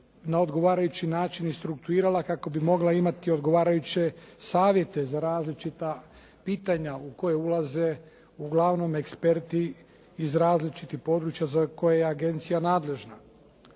na odgovarajući način i struktuirala kako bi mogla imati odgovarajuće savjete za različita pitanja u koje ulaze uglavnom eksperti iz različitih područja za koje je agencija nadležna.